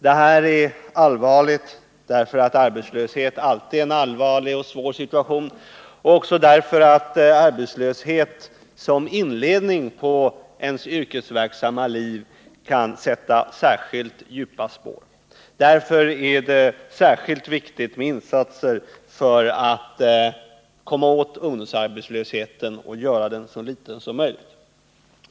Det här är allvarligt, därför att arbetslöshet alltid är en allvarlig och svår situation och också därför att arbetslöshet som inledning på ens yrkesverk samma liv kan sätta särskilt djupa spår. Därför är det särskilt viktigt med insatser för att komma åt ungdomsarbetslösheten och göra den så liten som möjligt.